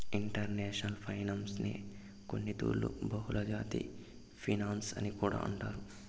international ఫైనాన్సునే కొన్నితూర్లు బహుళజాతి ఫినన్సు అని కూడా అంటారు